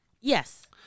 Yes